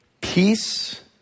peace